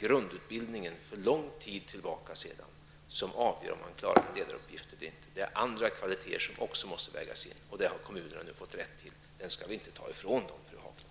grundutbildning man genomgick för länge sedan skall avgöra om man klarar av en ledaruppgift eller inte, utan även andra kvaliteter måste vägas in. Detta har kommunerna nu fått rätt till, och den rätten skall vi inte ta ifrån dem, fru Haglund.